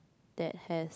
that has